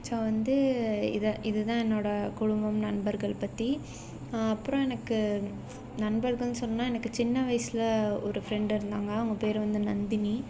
so வந்து இதை இது தான் என்னோட குடும்பம் நண்பர்கள் பற்றி அப்புறம் எனக்கு நண்பர்கள்னு சொல்லணுன்னா எனக்கு சின்ன வயதுல ஒரு ஃப்ரெண்டு இருந்தாங்க அவங்க பேர் வந்து நந்தினி